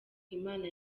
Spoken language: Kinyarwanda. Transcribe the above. imana